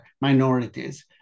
minorities